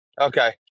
Okay